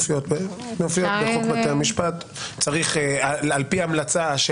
על פי המלצה של